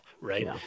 Right